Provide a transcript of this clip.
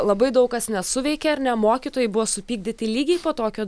labai daug kas nesuveikė ar ne mokytojai buvo supykdyti lygiai po tokio